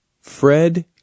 Fred